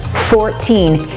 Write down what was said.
fourteen,